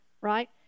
right